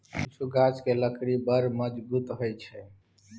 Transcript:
किछु गाछ केर लकड़ी बड़ मजगुत होइ छै